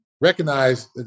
recognize